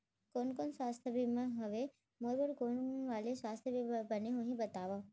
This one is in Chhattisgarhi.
कोन कोन स्वास्थ्य बीमा हवे, मोर बर कोन वाले स्वास्थ बीमा बने होही बताव?